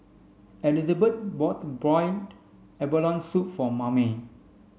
Elizabeth bought boiled abalone soup for Mamie